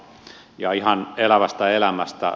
ja ihan elävästä elämästä